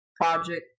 project